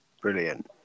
Brilliant